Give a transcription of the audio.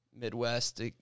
Midwest